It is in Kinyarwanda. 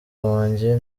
wanjye